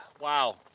wow